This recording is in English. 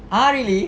ah really